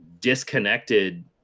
disconnected